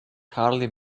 hardly